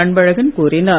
அன்பழகன் கோரினார்